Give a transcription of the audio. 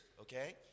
okay